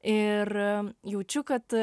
ir jaučiu kad